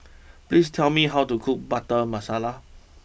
please tell me how to cook Butter Masala